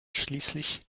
schließlich